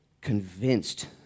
convinced